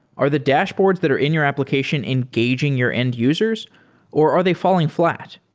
are the dashboards that are in your application engaging your end-users or are they falling fl at?